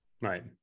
right